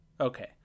okay